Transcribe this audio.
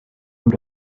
food